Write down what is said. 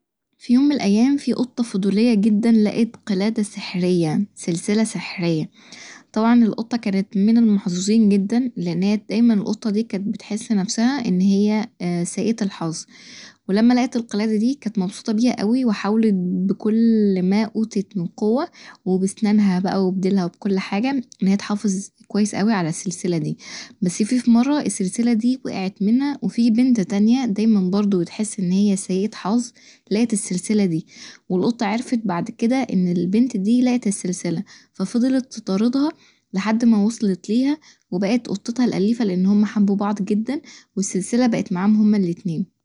في يوم من الأيام فيه قطه فضوليه جدا لقت قلادة سحرية سلسلة سحرية، طبعا القطه كانت من المحطوظين جدا لان هي دايما كانت القطه دي بتحس نفسها سيئه الحظ ولما لقت القلادت دي كانت مبسوطه بيها اوي وحاولت بكل ما اوتيت من قوة وبسنانها بقي وبديلها وكل حاجه انها تحافط اوي علي السلسلة دي بس فيه فمره السلسله دي وقعت منها وفيه بنت تانيه بتحس برضو انها سيئه حظ لقت السلسله دي والقطه عرفت بعد كدا ان البنت دي لقت السلسله ففضلت تطاردها لحد ما وصلت ليها وبقت قطتها الأليفه لان هما حبوا بعض جدا والسلسله بقت معاهم هما الاتنين.